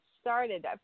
started